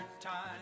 time